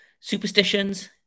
superstitions